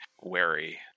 wary